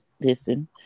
listen